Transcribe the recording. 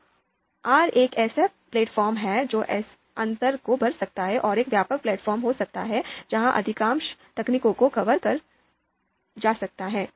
तो R एक ऐसा प्लेटफ़ॉर्म है जो इस अंतर को भर सकता है और एक व्यापक प्लेटफ़ॉर्म हो सकता है जहाँ अधिकांश तकनीकों को कवर किया जा सकता है